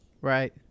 Right